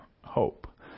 hope